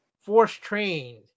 Force-trained